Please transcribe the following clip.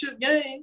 game